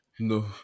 No